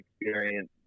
experience